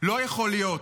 לא יכול להיות,